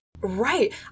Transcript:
Right